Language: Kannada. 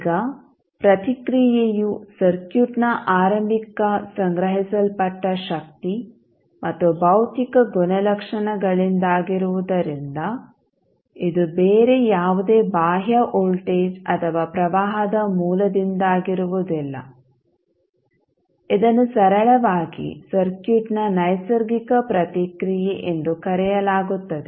ಈಗ ಪ್ರತಿಕ್ರಿಯೆಯು ಸರ್ಕ್ಯೂಟ್ನ ಆರಂಭಿಕ ಸಂಗ್ರಹಿಸಲ್ಪಟ್ಟ ಶಕ್ತಿ ಮತ್ತು ಭೌತಿಕ ಗುಣಲಕ್ಷಣಗಳಿಂದಾಗಿರುವುದರಿಂದ ಇದು ಬೇರೆ ಯಾವುದೇ ಬಾಹ್ಯ ವೋಲ್ಟೇಜ್ ಅಥವಾ ಪ್ರವಾಹದ ಮೂಲದಿಂದಾಗಿರುವುದಿಲ್ಲ ಇದನ್ನು ಸರಳವಾಗಿ ಸರ್ಕ್ಯೂಟ್ನ ನೈಸರ್ಗಿಕ ಪ್ರತಿಕ್ರಿಯೆ ಎಂದು ಕರೆಯಲಾಗುತ್ತದೆ